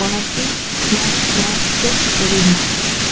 உனக்கு Max Max தெரியுமா